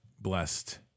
blessed